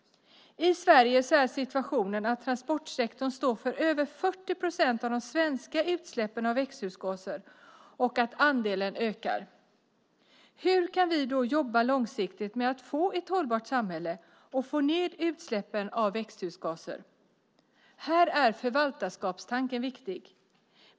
I Sverige är situationen att transportsektorn står för över 40 procent av de svenska utsläppen av växthusgaser och att andelen ökar. Hur kan vi då jobba långsiktigt med att få ett hållbart samhälle och få ned utsläppen av växthusgaser? Här är förvaltarskapstanken viktig.